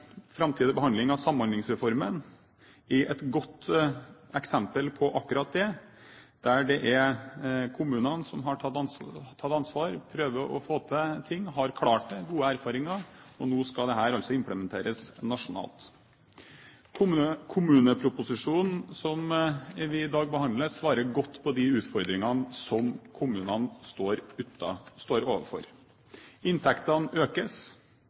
behandling av Samhandlingsreformen er et godt eksempel på akkurat det: Det er kommunene som har tatt ansvar, prøver å få til ting, har klart det og har gode erfaringer, og nå skal dette altså implementeres nasjonalt. Kommuneproposisjonen som vi i dag behandler, svarer godt på de utfordringene som kommunene står overfor. Inntektene økes.